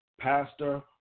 Pastor